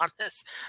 honest